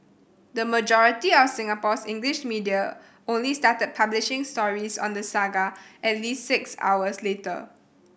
the majority of Singapore's English media only started publishing stories on the saga at least six hours later